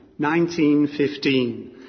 1915